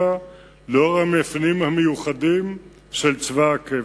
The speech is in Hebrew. לאור המאפיינים המיוחדים של צבא הקבע.